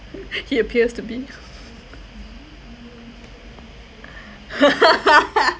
he appears to be